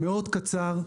מאוד קצר.